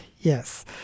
yes